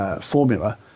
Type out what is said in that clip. formula